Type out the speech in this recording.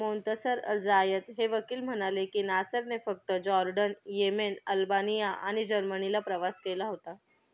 Montasser Alzayat हे वकील म्हणाले की नासरने फक्त जॉर्डन येमेन अल्बानिया आणि जर्मणीला प्रवास केला होता